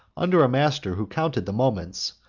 under a master who counted the moments,